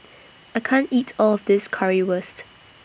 I can't eat All of This Currywurst